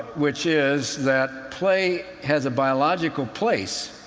which is that play has a biological place,